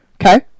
Okay